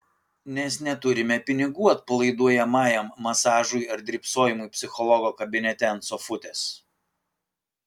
nes neturime pinigų atpalaiduojamajam masažui ar drybsojimui psichologo kabinete ant sofutės